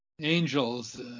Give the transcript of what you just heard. Angels